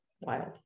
wild